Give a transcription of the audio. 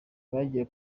bagiye